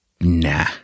Nah